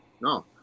No